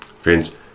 Friends